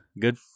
good